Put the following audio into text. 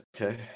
Okay